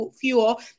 fuel